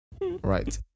right